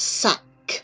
sack